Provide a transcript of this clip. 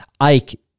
Ike